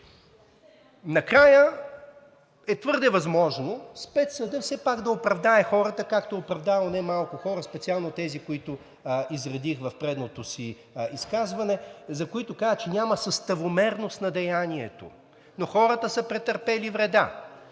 Накрая е твърде възможно Спецсъдът все пак да оправдае хората, както е оправдал немалко хора – специално тези, които изредих в предното си изказване, за които казва, че няма съставомерност на деянието, но хората са претърпели вреда.